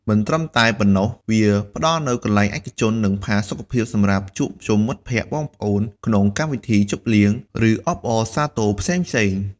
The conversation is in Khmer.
មិនត្រឹមតែប៉ុណ្ណោះ វាផ្តល់នូវកន្លែងឯកជន និងផាសុកភាពសម្រាប់ជួបជុំមិត្តភក្តិ បងប្អូន ក្នុងកម្មវិធីជប់លៀង ឬអបអរសាទរផ្សេងៗ។